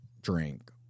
Drink